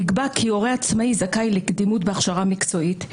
נקבע כי הורה עצמאי זכאי לקדימות בהכשרה מקצועית,